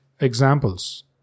examples